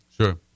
Sure